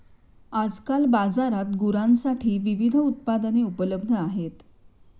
आजकाल बाजारात गुरांसाठी विविध उत्पादने उपलब्ध आहेत